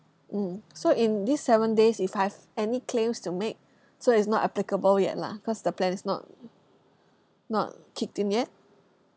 mm so in these seven days if I've any claims to make so it's not applicable yet lah cause the plan is not not kicked in yet